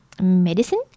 medicine